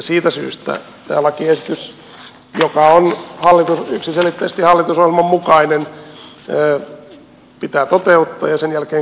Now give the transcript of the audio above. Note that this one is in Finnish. siitä syystä tämä lakiesitys joka on yksiselitteisesti hallitusohjelman mukainen pitää toteuttaa ja sen jälkeen katsoa joudummeko sitä korjaamaan